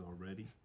already